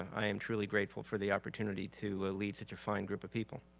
i am truly grateful for the opportunity to lead such a fine group of people.